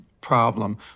problem